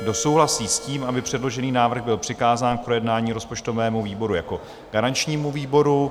Kdo souhlasí s tím, aby předložený návrh byl přikázán k projednání rozpočtovému výboru jako garančnímu výboru?